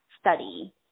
study